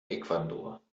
ecuador